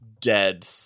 dead